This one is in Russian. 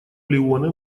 леоне